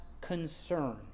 concern